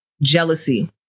Jealousy